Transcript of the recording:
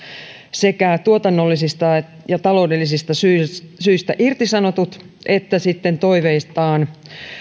sekä tuotannollisista ja taloudellisista syistä syistä irtisanotut että sitten toiveistaan